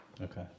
Okay